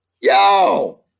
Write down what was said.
yo